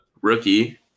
rookie